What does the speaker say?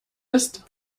ist